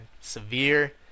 severe